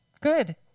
good